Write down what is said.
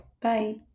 Bye